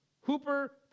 hooper